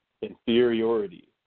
inferiority